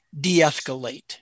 de-escalate